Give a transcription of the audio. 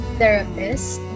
therapist